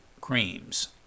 creams